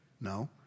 No